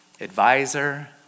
advisor